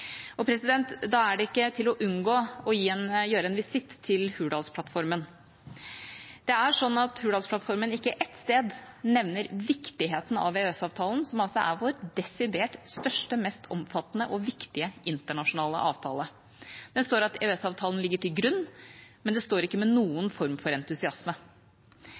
Da er det ikke til å unngå å gjøre en visitt til Hurdalsplattformen. Det er sånn at Hurdalsplattformen ikke ett sted nevner viktigheten av EØS-avtalen, som altså er vår desidert største, mest omfattende og viktige internasjonale avtale. Det står at EØS-avtalen ligger til grunn, men det står ikke med noen form for entusiasme.